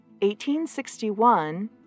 1861